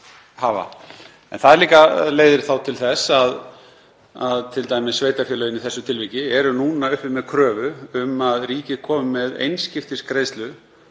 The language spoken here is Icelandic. En það leiðir þá til þess að t.d. sveitarfélögin í þessu tilviki eru núna uppi með kröfu um að ríkið komi með einskiptisgreiðslu